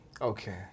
Okay